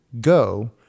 Go